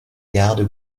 garde